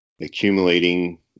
accumulating